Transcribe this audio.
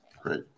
Great